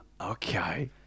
Okay